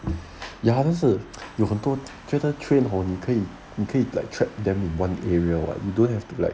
ya 但是有很多觉得 train hor 你可以你可以 like trap them in one area [what] you don't have to like